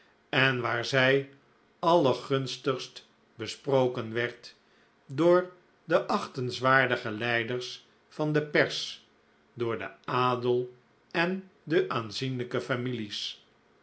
en waar zij allergunstigst besproken werd door de achtenswaardige leiders van de pers door den adel en de aanzienlijke families